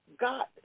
God